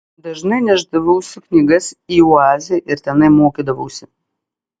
dažnai nešdavausi knygas į oazę ir tenai mokydavausi